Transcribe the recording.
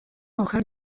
آخر